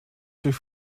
durch